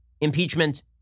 impeachment